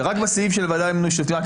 ורק בסעיף של הוועדה למינוי שופטים,